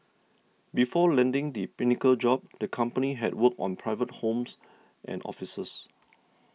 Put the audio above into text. before landing the pinnacle job the company had worked on private homes and offices